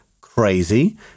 crazy